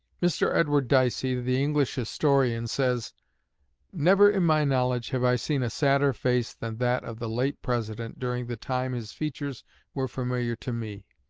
mr. edward dicey, the english historian, says never in my knowledge have i seen a sadder face than that of the late president during the time his features were familiar to me.